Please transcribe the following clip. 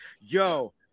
Yo